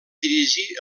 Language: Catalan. dirigir